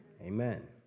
Amen